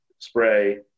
spray